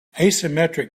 asymmetric